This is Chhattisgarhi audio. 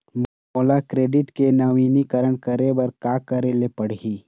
मोला क्रेडिट के नवीनीकरण करे बर का करे ले पड़ही?